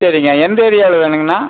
சரிங்க எந்த ஏரியாவில் வேணுங்கண்ணா